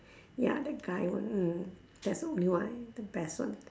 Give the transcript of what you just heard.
ya that guy [one] that's the only one I the best one